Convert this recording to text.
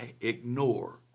ignore